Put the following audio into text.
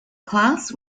class